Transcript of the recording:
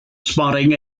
spotting